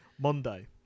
monday